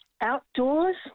Outdoors